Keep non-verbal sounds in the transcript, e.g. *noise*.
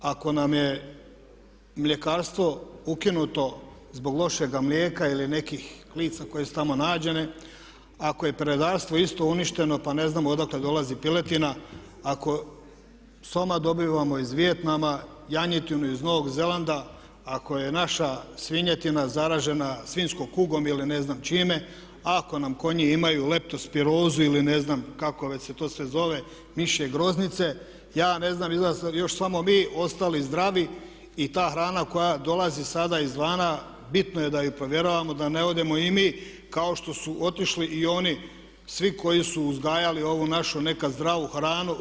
Ako nam je mljekarstvo ukinuto zbog lošega mlijeka ili nekih klica koje su tamo nađene, ako je peradarstvo isto uništeno pa ne znamo odakle dolazi piletina, ako soma dobivamo iz Vijetnama, janjetinu iz Novog Zelanda, ako je naša svinjetina zaražena svinjskom kugom ili ne znam čime a ako nam konji imaju leptospirozu ili ne znam kako već se to sve zove, mišje groznice ja ne znam … *unintelligible* ostali zdravi i ta hrana koja dolazi sada izvana bitno je da je provjeravamo da ne odemo i mi kao što su otišli i oni svi koji su uzgajali ovu našu nekad zdravu hranu.